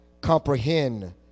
comprehend